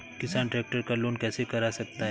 किसान ट्रैक्टर का लोन कैसे करा सकता है?